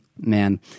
man